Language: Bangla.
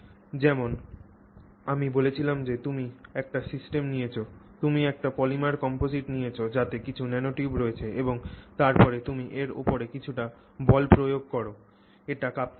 যেমন আমি বলেছিলাম যে তুমি একটি সিস্টেম নিয়েছ তুমি একটি পলিমার কম্পজিট নিয়েছ যাতে কিছু ন্যানোটিউব রয়েছে এবং তারপরে তুমি এর উপরে কিছুটা বল প্রয়োগ কর এটি কাঁপতে শুরু করে